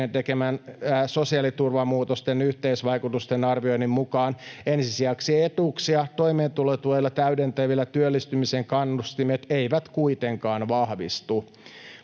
tekemän sosiaaliturvamuutosten yhteisvaikutusten arvioinnin mukaan ensisijaisia etuuksia toimeentulotuella täydentävillä työllistymisen kannustimet eivät kuitenkaan vahvistu.